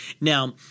Now